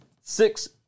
Six